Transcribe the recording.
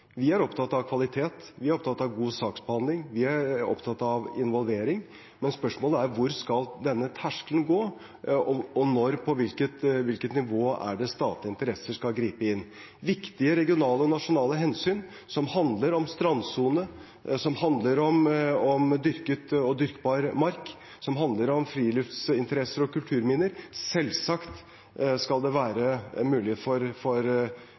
Vi er opptatt av kvalitet, vi er opptatt av god saksbehandling, vi er opptatt av involvering. Men spørsmålet er hvor denne terskelen skal gå, og på hvilket nivå statlige interesser skal gripe inn. Når det gjelder viktige regionale og nasjonale hensyn, som handler om strandsone, som handler om dyrket og dyrkbar mark, som handler om friluftsinteresser og kulturminner, skal det selvsagt være mulighet for